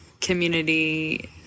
community